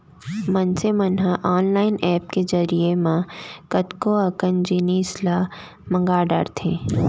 मनसे मन ह ऑनलाईन ऐप के जरिए म कतको अकन जिनिस ल मंगा डरथे